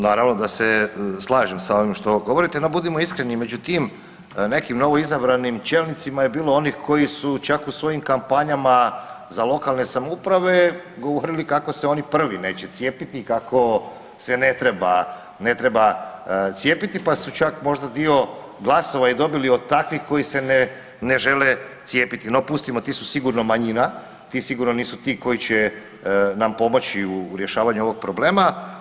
Naravno da se slažem sa ovim što govorite, no budimo iskreni, među tim nekim novoizabranim čelnicima je bilo onih koji su čak u svojim kampanjama za lokalne samouprave govorili kako se oni prvi neće cijepiti i kako se ne treba cijepiti pa su čak možda dio glasova i dobili od takvih koji se ne žele cijepiti, no pustimo, ti su sigurno manjina, ti sigurno nisu ti koji će nam pomoći u rješavanju ovog problema.